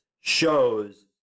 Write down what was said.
shows